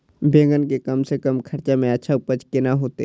बेंगन के कम से कम खर्चा में अच्छा उपज केना होते?